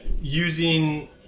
using